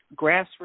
grassroots